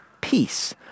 peace